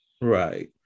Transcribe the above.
Right